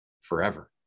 forever